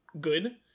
good